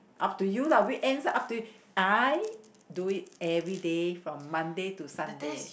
up to you lah weekends ah up to you I do it everyday from Monday to Sunday